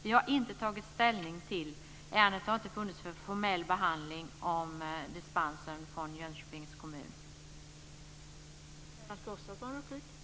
Vi har inte tagit ställning till detta. Ärendet om dispens i Jönköpings kommun har inte funnits för formell behandling.